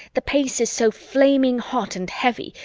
the pace is so flaming hot and heavy,